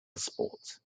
sports